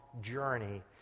journey